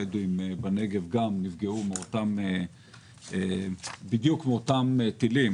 הבדואים בנגב גם נפגעו בדיוק מאותם טילים